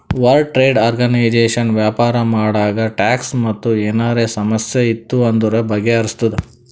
world trade organisation ವ್ಯಾಪಾರ ಮಾಡಾಗ tax ಮತ್ ಏನರೇ ಸಮಸ್ಯೆ ಇತ್ತು ಅಂದುರ್ ಬಗೆಹರುಸ್ತುದ್